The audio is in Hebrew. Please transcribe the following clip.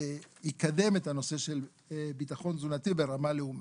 שיקדם את הנושא של ביטחון תזונתי ברמה לאומית.